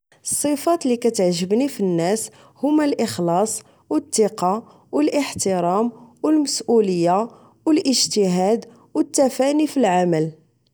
الصفات لي كتعجبني فالناس هما الإخلاص أو التقة أو الإحترام أو المسؤولية أو الإجتهاد أو التفاني فالعمل